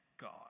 God